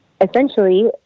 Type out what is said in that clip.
essentially